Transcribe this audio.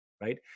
right